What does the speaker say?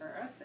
earth